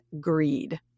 greed